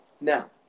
Now